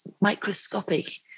microscopic